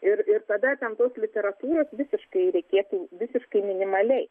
ir ir tada ten tos literatūros visiškai reikėtų visiškai minimaliai